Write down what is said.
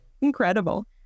incredible